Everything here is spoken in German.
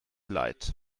leid